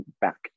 back